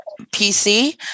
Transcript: PC